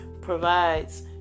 provides